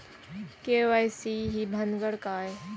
KYC ही भानगड काय?